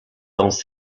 dans